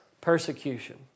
persecution